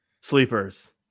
sleepers